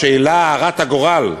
בשאלה הרת הגורל,